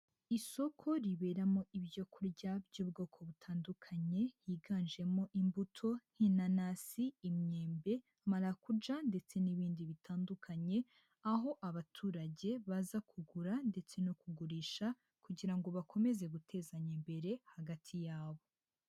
Isoko riberamo ibyo kurya by'ubwoko butandukanye, higanjemo imbuto nk'inanasi, imyembe marakuja ndetse n'ibindi bitandukanye, aho abaturage baza kugura ndetse no kugurisha kugira ngo bakomeze gutezanya imbere hagati yabo.